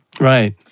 Right